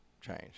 change